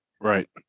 right